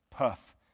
Puff